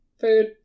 food